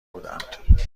بودند